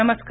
नमस्कार